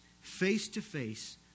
face-to-face